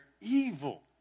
evil